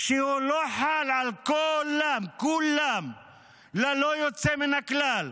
שלא חל על כו-לם, כולם ללא יוצא מהכלל,